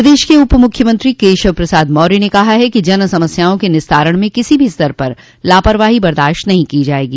प्रदेश के उप मुख्यमंत्री केशव प्रसाद मौर्य ने कहा है कि जनसमस्याओं के निस्तारण में किसो भी स्तर पर लापरवाही बर्दाश्त नहीं की जायेगी